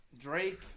Drake